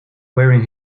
wearing